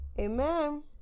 Amen